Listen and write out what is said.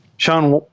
shawn wang,